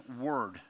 word